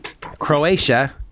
Croatia